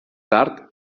tard